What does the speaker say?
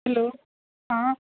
hello હા